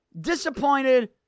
disappointed